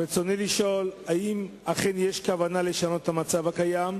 רצוני לשאול: 1. האם אכן יש כוונה לשנות את המצב הקיים?